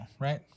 right